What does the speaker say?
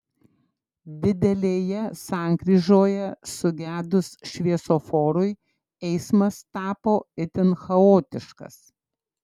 didelėje sankryžoje sugedus šviesoforui eismas tapo itin chaotiškas